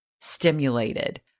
stimulated